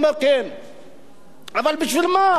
אבל בשביל מה עכשיו להגדיל את הגירעון?